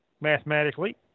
mathematically